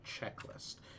checklist